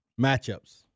matchups